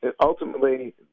ultimately